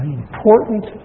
important